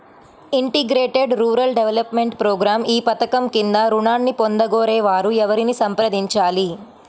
Integrated rural development program ఈ పధకం క్రింద ఋణాన్ని పొందగోరే వారు ఎవరిని సంప్రదించాలి?